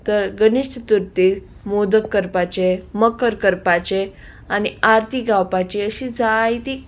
तर गणेश चतुर्थीक मोदक करपाचे मकर करपाचें आनी आरती गावपाची अशी जायतीं